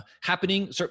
happening